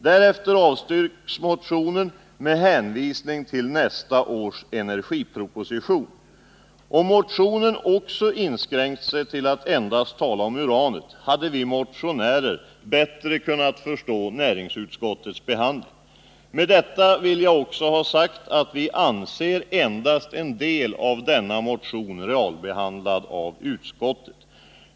Därefter avstyrks motionen med hänvisning till nästa års energiproposition. Om motionen också inskränkt sig till att endast handla om uranet, hade vi motionärer bättre kunnat förstå näringsutskottets behandling. Med detta vill jag ha sagt att vi anser endast en del av denna motion realbehandlad av utskottet.